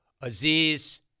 Aziz